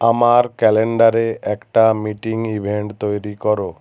আমার ক্যালেন্ডারে একটা মিটিং ইভেন্ট তৈরি করো